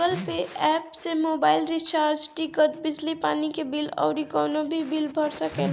Google Pay app से mobile recharge, ticket, बिजली पानी के बिल अउरी कवनो भी बिल भर सकेला